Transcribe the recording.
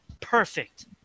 Perfect